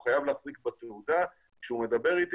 הוא חייב להחזיק בתעודה כשהוא מדבר אתי